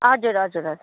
हजुर हजुर हजुर